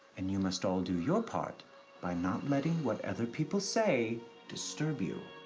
and you must all do your part by not letting what other people say disturb you.